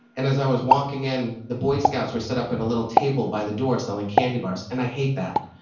and as i was walking in, the boy scouts were set up at a little table by the door selling candy bars, and i hate that.